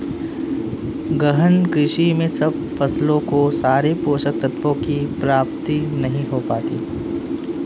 गहन कृषि में सब फसलों को सारे पोषक तत्वों की प्राप्ति नहीं हो पाती